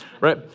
right